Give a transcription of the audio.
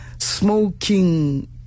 smoking